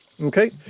Okay